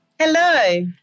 Hello